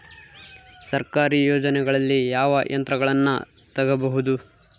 ಸರ್ಕಾರಿ ಯೋಜನೆಗಳಲ್ಲಿ ಯಾವ ಯಂತ್ರಗಳನ್ನ ತಗಬಹುದು?